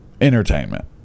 entertainment